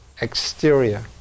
exterior